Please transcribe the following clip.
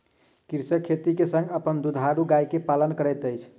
कृषक खेती के संग अपन दुधारू गाय के पालन करैत अछि